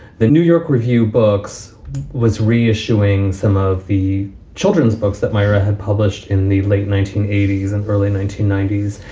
the new york review books was reissuing some of the children's books that myra had published in the late nineteen eighty s and early nineteen ninety s.